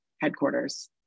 headquarters